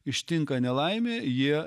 ištinka nelaimė jie